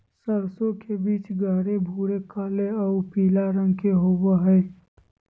सरसों के बीज गहरे भूरे काले आऊ पीला रंग के होबो हइ